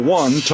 one